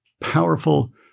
powerful